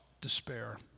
despair